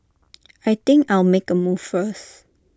I think I'll make A move first